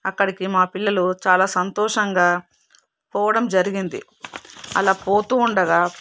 అక్కడికి మా పిల్లలు చాలా సంతోషంగా పోవడం జరిగింది అలా పోతూ ఉండగా